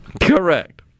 Correct